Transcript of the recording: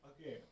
Okay